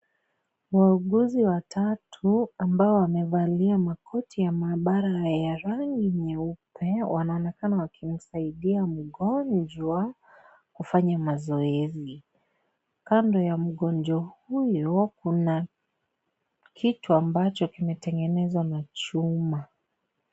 Wauguzi watatu ambao wamevalia makoti ya mahabara ya rangi nyeupe wanaonekana kuwa wakimsaidia mgonjwa kufanya mazoezi kando ya mgonjwa huyo kuna kitu ambacho kimetengenezwa na chuma.